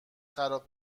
خراب